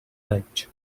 legged